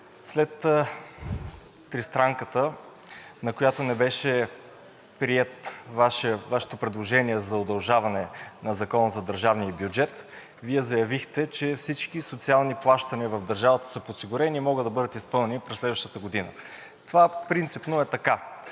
След Тристранката, на която не беше прието Вашето предложение за удължаване на Закона за държавния бюджет, Вие заявихте, че всички социални плащания в държавата са подсигурени и могат да бъдат изпълнени през следващата година. Това принципно е така,